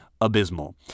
abysmal